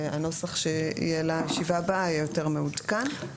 והנוסח שיהיה לישיבה הבאה יהיה יותר מעודכן.